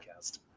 podcast